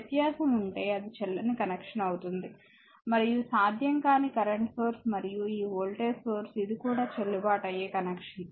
వ్యత్యాసం ఉంటే అది చెల్లని కనెక్షన్ అవుతుంది మరియు సాధ్యం కాని కరెంట్ సోర్స్ మరియు ఈ వోల్టేజ్ సోర్స్ ఇది కూడా చెల్లుబాటు అయ్యే కనెక్షన్